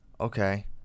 okay